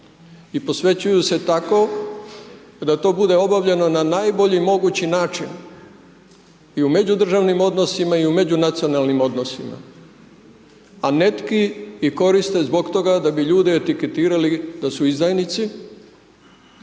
i posvećuju se tako da to bude obavljeno na najbolji mogući način i u međudržavnim odnosima i u međunacionalnim odnosima, a netki ih koriste zbog toga da bi ljude etiketirali da su izdajnici,